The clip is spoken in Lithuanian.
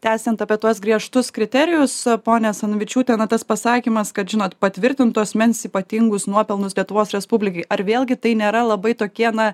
tęsiant apie tuos griežtus kriterijus ponia asanavičiūte na tas pasakymas kad žinot patvirtinto asmens ypatingus nuopelnus lietuvos respublikai ar vėlgi tai nėra labai tokie na